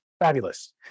Fabulous